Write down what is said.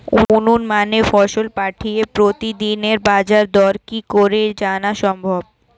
উন্নত মানের ফসল পাঠিয়ে প্রতিদিনের বাজার দর কি করে জানা সম্ভব?